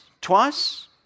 Twice